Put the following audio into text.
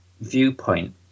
viewpoint